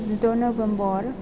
जिद' नभेम्बर